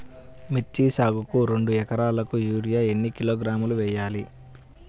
మిర్చి సాగుకు రెండు ఏకరాలకు యూరియా ఏన్ని కిలోగ్రాములు వేయాలి?